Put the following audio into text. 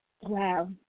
wow